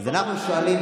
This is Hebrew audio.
אז אנחנו שואלים,